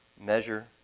measure